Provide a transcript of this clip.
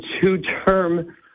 two-term